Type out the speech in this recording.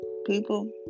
People